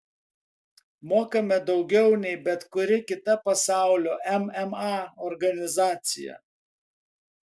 mokame daugiau nei bet kuri kita pasaulio mma organizacija